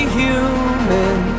human